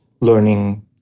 learning